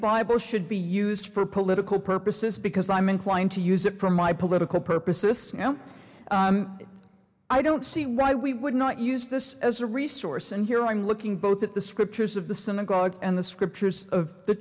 bible should be used for political purposes because i'm inclined to use it for my political purposes i don't see why we would not use this as a resource and here i'm looking both at the scriptures of the synagogue and the scriptures of the